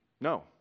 No